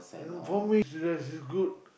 for me chicken rice is good